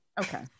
Okay